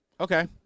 Okay